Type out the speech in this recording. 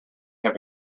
have